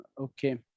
okay